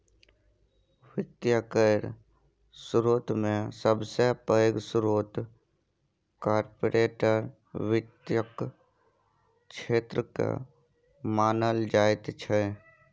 वित्त केर स्रोतमे सबसे पैघ स्रोत कार्पोरेट वित्तक क्षेत्रकेँ मानल जाइत छै